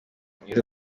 mwiza